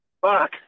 Fuck